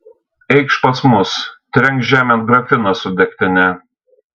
eikš pas mus trenk žemėn grafiną su degtine